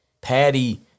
Patty